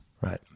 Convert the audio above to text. Right